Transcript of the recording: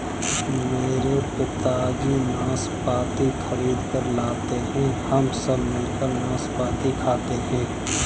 मेरे पिताजी नाशपाती खरीद कर लाते हैं हम सब मिलकर नाशपाती खाते हैं